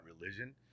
religion